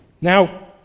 Now